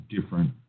different